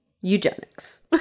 Eugenics